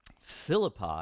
Philippi